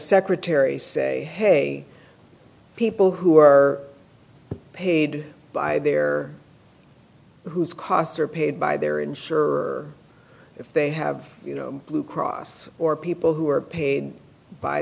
secretary say hey people who are paid by their whose costs are paid by their insurer if they have you know blue cross or people who are paid by